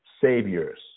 saviors